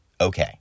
okay